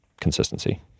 consistency